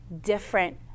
different